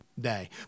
day